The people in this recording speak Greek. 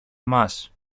μας